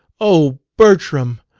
o bertram,